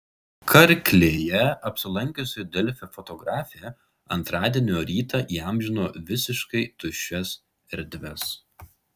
karklėje apsilankiusi delfi fotografė antradienio rytą įamžino visiškai tuščias erdves